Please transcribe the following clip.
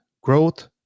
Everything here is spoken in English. growth